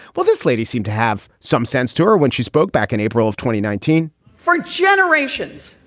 well, this lady seemed to have some sense to her when she spoke back in april of twenty nineteen for generations,